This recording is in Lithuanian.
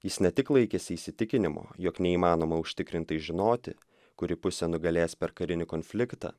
jis ne tik laikėsi įsitikinimo jog neįmanoma užtikrintai žinoti kuri pusė nugalės per karinį konfliktą